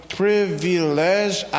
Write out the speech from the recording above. privilege